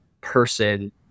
person